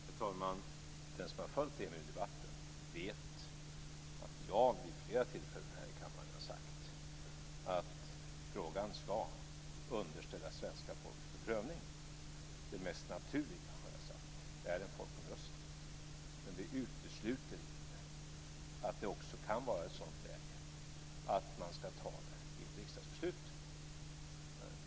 Herr talman! Den som har följt EMU-debatten vet att jag vid flera tillfällen här i kammaren har sagt att frågan ska underställas svenska folket för prövning. Det mest naturliga, har jag sagt, är en folkomröstning. Men vi utesluter inte att det också kan vara ett sådant läge att man ska ta ett riksdagsbeslut.